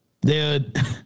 Dude